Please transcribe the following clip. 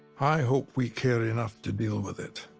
i hope we care enough to deal with it.